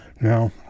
Now